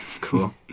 Cool